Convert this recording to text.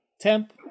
Temp